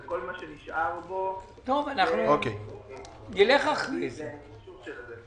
וכל מה שנשאר בו זה --- את האישור של זה.